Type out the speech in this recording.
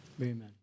amen